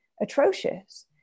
atrocious